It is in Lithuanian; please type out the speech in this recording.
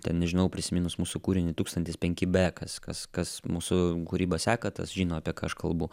ten nežinau prisiminus mūsų kūrinį tūkstantis penki bekas kas kas mūsų kūryba seka tas žino apie ką aš kalbu